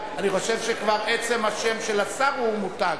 שכבר עצם השם של השר הוא מותג.